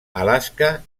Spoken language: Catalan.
alaska